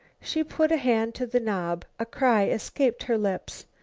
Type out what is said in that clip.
she put a hand to the knob. a cry escaped her lips.